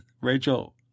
Rachel